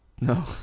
No